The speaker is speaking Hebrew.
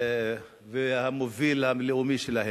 והמוביל הלאומי שלהם.